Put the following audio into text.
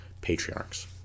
patriarchs